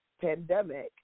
pandemic